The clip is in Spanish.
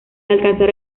alcanzar